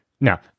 now